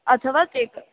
अथवा तेक्